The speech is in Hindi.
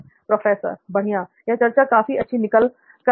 प्रोफेसर बढ़िया यह चर्चा काफी अच्छी निकल कर आई